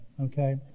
Okay